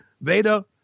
Veda